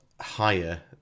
higher